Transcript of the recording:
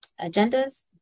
agendas